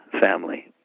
family